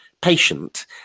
patient